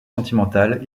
sentimentale